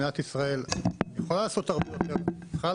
מדינת ישראל יכלה לעשות הרבה יותר והיא